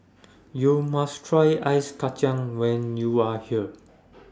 YOU must Try Ice Kacang when YOU Are here